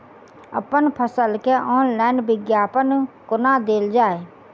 अप्पन फसल केँ ऑनलाइन विज्ञापन कोना देल जाए?